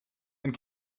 and